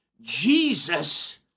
Jesus